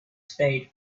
spade